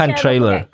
trailer